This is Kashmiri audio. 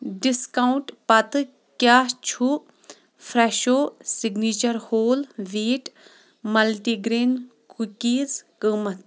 ڈسکاونٹ پتہٕ کیٛاہ چھُ Fresho signature whole wheat multi grain کُکیٖزس قۭمتھ